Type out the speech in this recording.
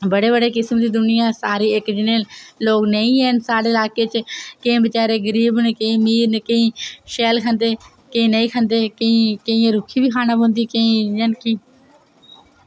बड़े बड़े किस्म दी दुनिया सारे इक जनेह् लोक नेईं हैन साढ़े इलाके च केईं बचैरे गरीब न केईं अमीर न केईं शैल खंदे केईं नेईं खंदे केईं केइयें रुक्खी बी खाने पौंदी केईं इ'यां न कि